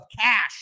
cash